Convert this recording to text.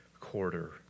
quarter